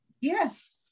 Yes